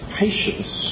patience